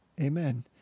Amen